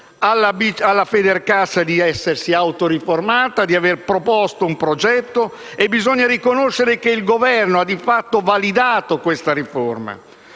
alla Federcasse di essersi autoriformata, di avere proposto un progetto, e riconoscere che il Governo ha di fatto validato questa riforma.